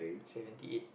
seventy eight